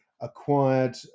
acquired